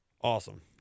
Awesome